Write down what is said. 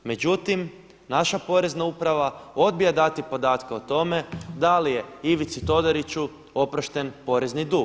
Međutim, naša Porezna uprava odbija dati podatke o tome da li je Ivici Todoriću oprošten porezni dug.